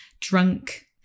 drunk